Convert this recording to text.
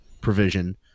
provision